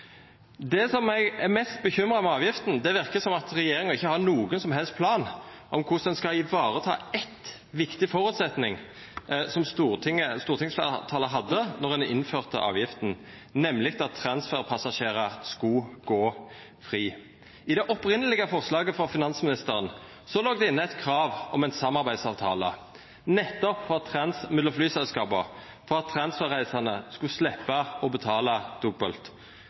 Det som eg er mest bekymra over når det gjeld avgifta, er at det verker som at regjeringa ikkje har nokon som helst plan for korleis ein skal vareta ein viktig føresetnad som stortingsfleirtalet hadde då ein innførte avgifta, nemleg at transferpassasjerar skulle gå fri. I det opphavelege forslaget frå finansministeren låg det inne eit krav om ein samarbeidsavtale, nettopp for å ha transfer mellom flyselskapa for at transferreisande skulle sleppa å betala dobbelt.